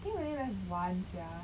think only left one sia